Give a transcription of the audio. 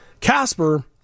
Casper